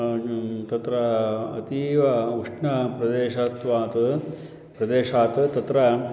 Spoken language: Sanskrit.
तत्र अतीव उष्णप्रदेशत्वात् प्रदेशात् तत्र